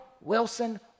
wilson